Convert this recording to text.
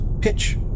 pitch